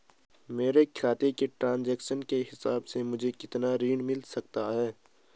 मेरे खाते के ट्रान्ज़ैक्शन के हिसाब से मुझे कितना ऋण मिल सकता है?